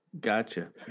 Gotcha